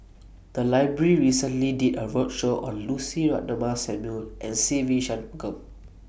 The Library recently did A roadshow on Lucy Ratnammah Samuel and Se Ve Shanmugam